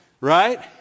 Right